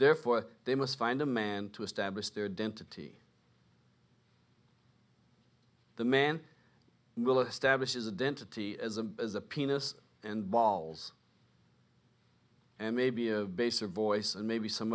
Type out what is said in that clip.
therefore they must find a man to establish their dentity the man will establishes a dentity as a as a penis and balls and maybe of baser voice and maybe some